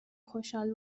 خشحال